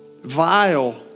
vile